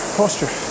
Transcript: posture